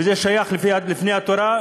וזה שייך לפי התורה.